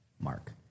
Mark